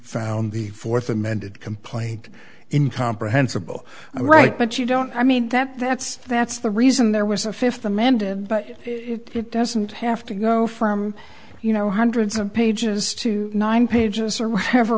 found the fourth amended complaint in comprehensible right but you don't i mean that that's that's the reason there was a fifth amendment but it doesn't have to go from you know hundreds of pages to nine pages or whatever